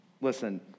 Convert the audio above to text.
Listen